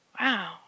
Wow